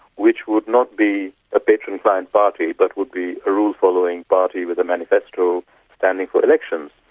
which would not be a patron-client party but would be a rule-following party with a manifesto standing for elections.